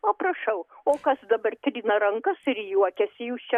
o prašau o kas dabar trina rankas ir juokiasi jūs